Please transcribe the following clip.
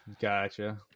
Gotcha